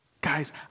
Guys